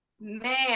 man